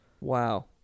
Wow